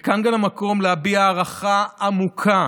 וכאן גם המקום להביע הערכה עמוקה